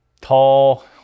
tall